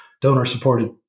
donor-supported